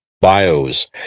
bios